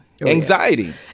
Anxiety